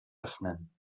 öffnen